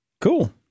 Cool